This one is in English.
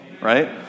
right